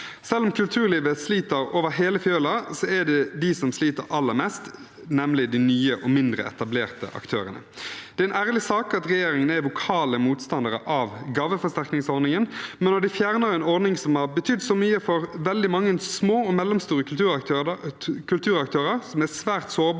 Selv om kulturlivet sliter over hele fjøla, er det de nye og mindre etablerte aktørene som sliter aller mest. Det er en ærlig sak at regjeringen er uttalte motstandere av gaveforsterkningsordningen, men når de fjerner en ordning som har betydd så mye for veldig mange små og mellomstore kulturaktører som er svært sårbare